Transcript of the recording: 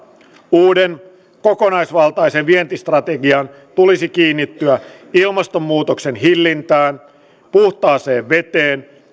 uuden kokonaisvaltaisen vientistrategian tulisi kiinnittyä ilmastonmuutoksen hillintään puhtaaseen veteen